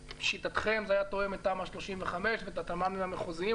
ולשיטתכם זה היה תואם את תמ"א 35 ואת התמ"מים המחוזיים,